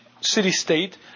city-state